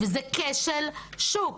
זה כשל שוק,